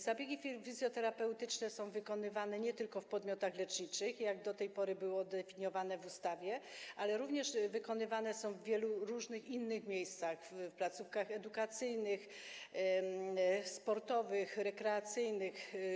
Zabiegi fizjoterapeutyczne są wykonywane nie tylko w podmiotach leczniczych, jak do tej pory było to definiowane w ustawie, ale również w wielu różnych innych miejscach - w placówkach edukacyjnych, sportowych, rekreacyjnych.